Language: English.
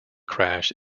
crash